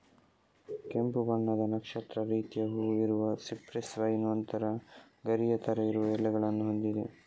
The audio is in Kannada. ಕೆಂಪು ಬಣ್ಣದ ನಕ್ಷತ್ರದ ರೀತಿಯ ಹೂವು ಇರುವ ಸಿಪ್ರೆಸ್ ವೈನ್ ಒಂತರ ಗರಿಯ ತರ ಇರುವ ಎಲೆಗಳನ್ನ ಹೊಂದಿದೆ